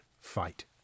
fight